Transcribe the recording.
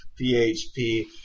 php